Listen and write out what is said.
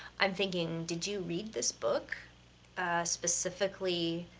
i'm thinking, did you read this book specifically